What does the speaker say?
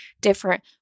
different